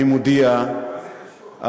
אני מודיע על